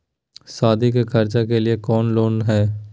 सादी के खर्चा के लिए कौनो लोन है?